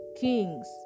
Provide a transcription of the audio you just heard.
kings